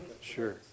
Sure